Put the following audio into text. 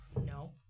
No